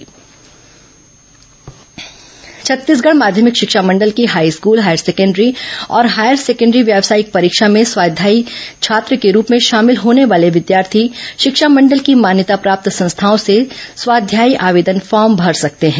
board परीक्षा आवेदन छत्तीसगढ़ माध्यमिक शिक्षा मंडल की हाईस्कूल हायर सेकेण्डरी और हायर सेकेण्डरी व्यावसायिक परीक्षा में स्वाध्यायी छात्र के रूप में शामिल होने वाले विद्यार्थी शिक्षा मंडल की मान्यता प्राप्त संस्थाओं से स्वाध्यायी आवेदन फॉर्म भर सकते हैं